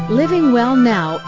livingwellnow